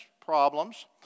problems